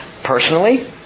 Personally